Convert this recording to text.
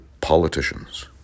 politicians